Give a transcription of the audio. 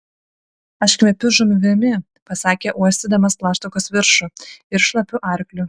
aš kvepiu žuvimi pasakė uostydamas plaštakos viršų ir šlapiu arkliu